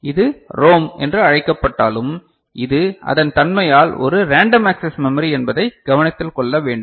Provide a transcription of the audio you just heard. இது ரோம் என்று அழைக்கப்பட்டாலும் இது அதன் தன்மையால் ஒரு ரேண்டம் ஆக்ஸஸ் மெமரி என்பதை கவனத்தில் கொள்ள வேண்டும்